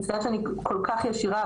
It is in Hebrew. אני מצטערת שאני כל כך ישירה,